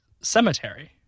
cemetery